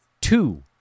two